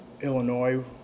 Illinois